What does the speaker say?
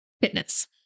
fitness